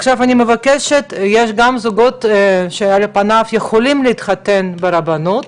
יש גם זוגות שעל פניו יכולים להתחתן ברבנות,